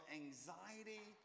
anxiety